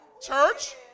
church